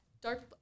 Dark